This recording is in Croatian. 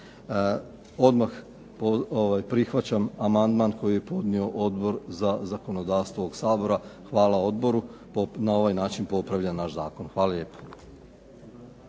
Odmah prihvaćam amandman koji je podnio Odbor za zakonodavstvo ovog Sabora. Hvala odboru, na ovaj način popravlja naš zakon. Hvala lijepo.